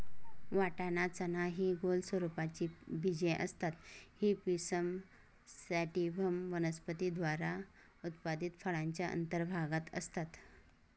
वाटाणा, चना हि गोल स्वरूपाची बीजे असतात ही पिसम सॅटिव्हम वनस्पती द्वारा उत्पादित फळाच्या अंतर्भागात असतात